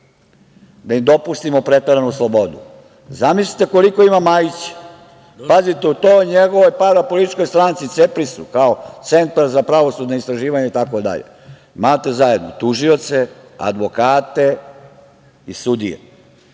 da im dopustimo preteranu slobodu. Zamislite koliko ima Majića. Pazite, u toj njegovoj parapolitičkoj stranci CEPRIS-u, kao Centar za pravosudna istraživanja itd, imate zajedno tužioce, advokate i sudije.